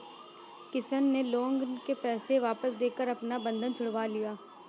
किशन ने लोन के पैसे वापस देकर अपना बंधक छुड़वा लिया